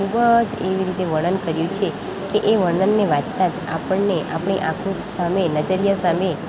ખૂબ જ એવી રીતે વર્ણન કર્યું છે કે એ વર્ણનને વાંચતા જ આપણને આપણી આંખો સામે નજરિયા સામે